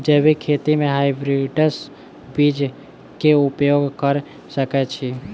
जैविक खेती म हायब्रिडस बीज कऽ उपयोग कऽ सकैय छी?